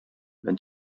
than